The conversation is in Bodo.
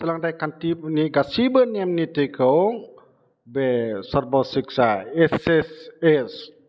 सोलोंथाइ खान्थिनि गासैबो नेम निथिखौ बे सर्भ सिक्षा एस एस ए